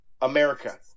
America